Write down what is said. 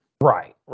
Right